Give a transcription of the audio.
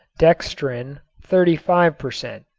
dextrin thirty five per cent.